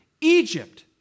Egypt